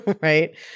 right